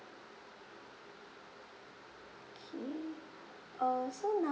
okay err so now